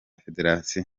federation